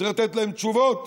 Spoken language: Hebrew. וצריך לתת להם תשובות.